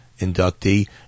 inductee